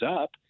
up